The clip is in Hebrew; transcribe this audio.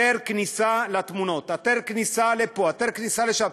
התר כניסה לתמונות, התר כניסה לפה, התר כניסה לשם.